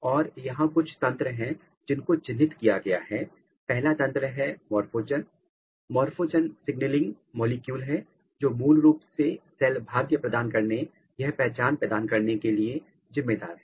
और यहां कुछ तंत्र हैं जिन को चिन्हित किया गया है और पहला तंत्र है मोर्फोजन मॉर्फोजन सिग्नलिंग मॉलिक्यूल हैं जो मूल रूप से सेल भाग्य प्रदान करने या पहचान प्रदान करने के लिए जिम्मेदार हैं